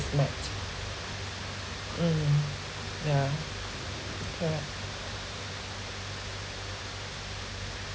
is not mm ya correct